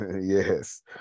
Yes